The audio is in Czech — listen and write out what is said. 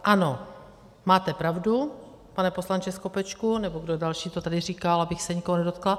Ano, máte pravdu, pane poslanče Skopečku, nebo kdo další to tady říkal, abych se nikoho nedotkla.